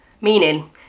Meaning